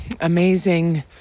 amazing